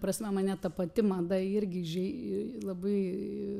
prasme mane ta pati mada irgi žei labai